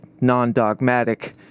non-dogmatic